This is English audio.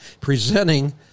presenting